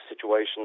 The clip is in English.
situation